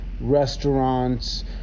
restaurants